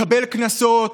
מקבל קנסות